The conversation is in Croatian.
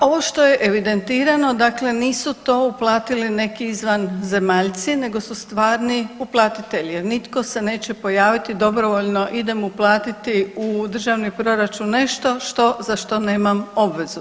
Pa ovo što je evidentirano nisu to uplatiti neki izvanzemaljci, nego su stvari uplatitelji, nitko se neće pojaviti dobrovoljno idem uplatiti u državni proračun nešto za što nemam obvezu.